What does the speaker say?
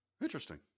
Interesting